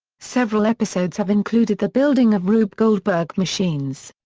several episodes have included the building of rube goldberg machines.